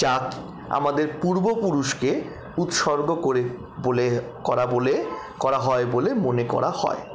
যা আমাদের পূর্বপুরুষকে উৎসর্গ করে বলে করা বলে করা হয় বলে মনে করা হয়